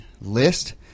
list